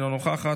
אינה נוכחת,